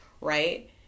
right